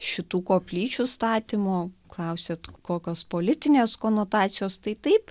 šitų koplyčių statymo klausėt kokios politinės konotacijos tai taip